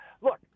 Look